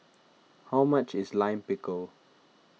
how much is Lime Pickle